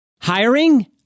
Hiring